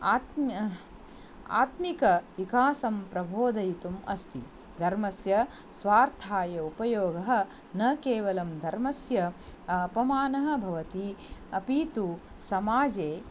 आत्म्यम् आत्मिकविकासं प्रबोधयितुम् अस्ति धर्मस्य स्वार्थाय उपयोगः न केवलं धर्मस्य अपमानः भवति अपि तु समाजे